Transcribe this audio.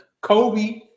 Kobe